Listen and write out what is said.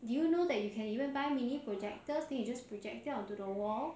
do you know that you can even buy mini projectors then you just project it onto the wall